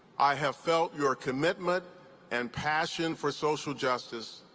i have felt your commitment and passion for social justice,